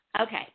Okay